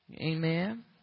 Amen